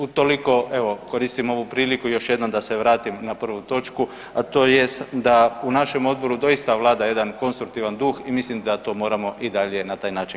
Utoliko evo, koristim ovu priliku još jednom da se vratim na prvu točku, a to jest da u našem Odboru doista vlada jedan konstruktivan duh i mislim da to moramo i dalje na taj način graditi.